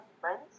friends